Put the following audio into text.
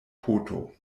poto